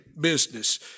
business